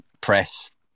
press